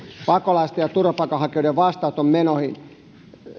pakolaisten ja turvapaikanhakijoiden vastaanoton menoihin